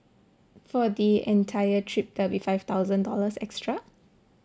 for the entire trip that will be five thousand dollars extra